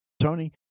Tony